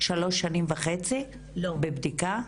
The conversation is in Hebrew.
שלוש שנים וחצי הנושאים נמצאים בבדיקה?